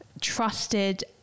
trusted